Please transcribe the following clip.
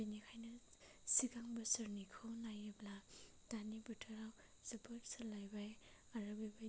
बेनिखायनो सिगां बोसोरनिखौ नायोब्ला दानि बोथोराव जोबोद सोलायबाय आरो बेबादिनो